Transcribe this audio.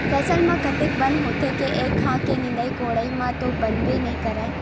फसल म अतेक बन होथे के एक घांव के निंदई कोड़ई म तो बनबे नइ करय